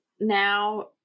now